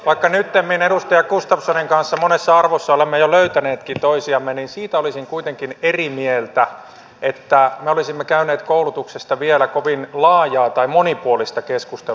vaikka nyttemmin edustaja gustafssonin kanssa monessa arvossa olemme jo löytäneetkin toisiamme niin siitä olisin kuitenkin eri mieltä että me olisimme käyneet koulutuksesta vielä kovin laajaa tai monipuolista keskustelua